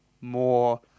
more